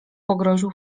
pogroził